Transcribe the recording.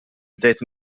bdejt